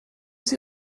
sie